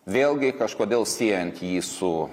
vėlgi kažkodėl siejant jį su